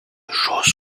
chose